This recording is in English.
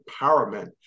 empowerment